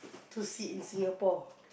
to see in Singapore